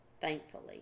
thankfully